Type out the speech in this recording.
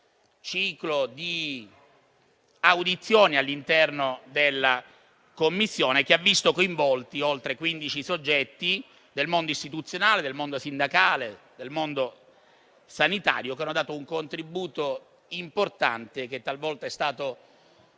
ciclo di audizioni all'interno della Commissione, che ha visto coinvolti oltre quindici soggetti del mondo istituzionale, del mondo sindacale, del comparto sanitario, che hanno dato un contributo importante, che talvolta è stato